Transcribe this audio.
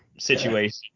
situation